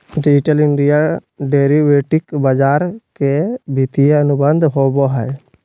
digital India derivative बाजार के वित्तीय अनुबंध होबो हइ